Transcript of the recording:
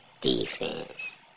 defense